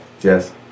Yes